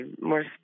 more